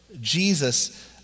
Jesus